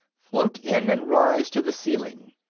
float in and rise to the ceiling.